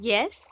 Yes